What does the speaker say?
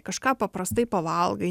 kažką paprastai pavalgai